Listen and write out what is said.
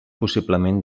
possiblement